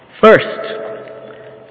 first